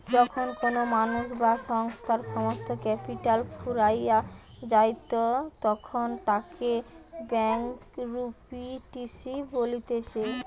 যখন কোনো মানুষ বা সংস্থার সমস্ত ক্যাপিটাল ফুরাইয়া যায়তখন তাকে ব্যাংকরূপটিসি বলতিছে